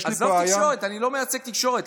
עזוב תקשורת, אני לא מייצג תקשורת.